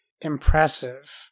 impressive